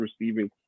receiving